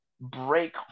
Break